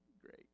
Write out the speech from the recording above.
great